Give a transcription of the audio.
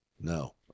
no